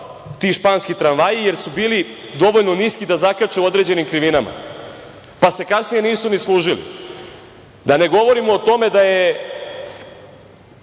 ti španski tramvaji jer su bili dovoljno niski da zakače u određenim krivinama, pa se kasnije nisu ni služili. Da ne govorim o tome da je,